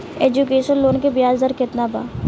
Education loan के ब्याज दर केतना बा?